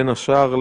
בין השר,